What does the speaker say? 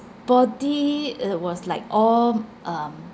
body it was like all um